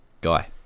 guy